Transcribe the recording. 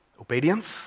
Obedience